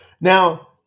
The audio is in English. Now